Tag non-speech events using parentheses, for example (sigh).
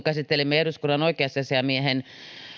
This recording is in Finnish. (unintelligible) käsittelimme eduskunnan oikeusasiamiehen